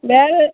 வேறு